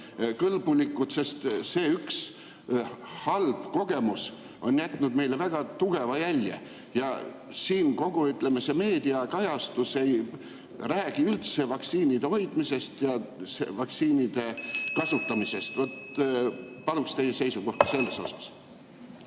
kõlblikud. See üks halb kogemus on jätnud väga tugeva jälje. Ja kogu selles meediakajastuses ei räägita üldse vaktsiinide hoidmisest ja vaktsiinide kasutamisest. Paluksin teie seisukohta selles osas.